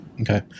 Okay